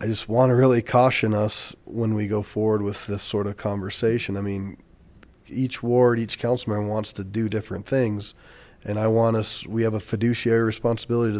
i just want to really caution us when we go forward with this sort of conversation i mean each ward each councilman wants to do different things and i want to say we have a fiduciary responsibility to